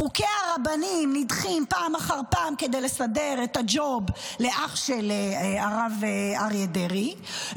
חוקי הרבנים נדחים פעם אחר פעם כדי לסדר את הג'וב לאח של הרב אריה דרעי,